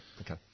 okay